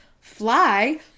Fly